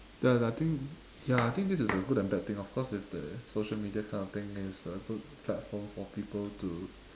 ya ya I think ya I think this is a good and bad thing of course the social media kind of thing is a good platform for people to